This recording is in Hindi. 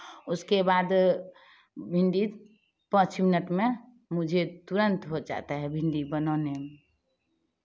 उसके बाद भिंडी पाँच मिनट में मुझे तुरंत हो जाता है भिंडी बनाने में